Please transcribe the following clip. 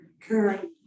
current